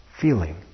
Feeling